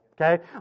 Okay